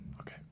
Okay